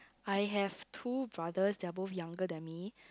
I have two brothers they're both younger than me